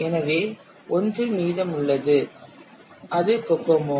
எனவே ஒன்று மீதமுள்ளது அது கோகோமோ